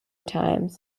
times